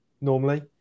normally